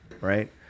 right